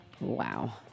Wow